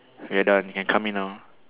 we are done you can come in now